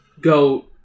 go